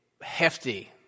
hefty